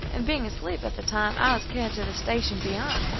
and being asleep at the time, i was carried to the station beyond,